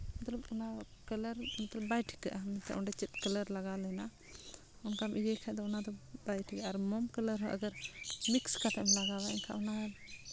ᱢᱚᱛᱞᱚᱵᱽ ᱚᱱᱟ ᱠᱟᱞᱟᱨ ᱵᱟᱭ ᱴᱷᱤᱠᱟᱹᱜᱼᱟ ᱚᱸᱰᱮ ᱪᱮᱫ ᱠᱟᱞᱟᱨ ᱞᱟᱜᱟᱣ ᱞᱮᱱᱟ ᱚᱱᱠᱟᱢ ᱤᱭᱟᱹᱭ ᱠᱷᱟᱱ ᱫᱚ ᱚᱱᱟ ᱫᱚ ᱵᱟᱭ ᱴᱷᱤᱠᱟ ᱟᱨ ᱢᱳᱢ ᱠᱟᱞᱟᱨ ᱦᱚᱸ ᱟᱜᱚᱨ ᱢᱤᱠᱥ ᱠᱟᱛᱮᱢ ᱞᱟᱜᱟᱣᱟ ᱮᱱᱠᱷᱟᱱ ᱚᱱᱟ